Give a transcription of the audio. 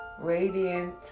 radiant